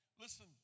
Listen